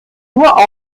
nur